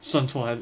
省出来的